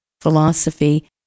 philosophy